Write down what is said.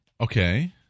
Okay